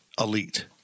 elite